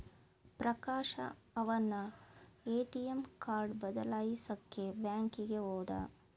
ಪ್ರಕಾಶ ಅವನ್ನ ATM card ಬದಲಾಯಿಸಕ್ಕೇ ಬ್ಯಾಂಕಿಗೆ ಹೋದ